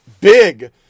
big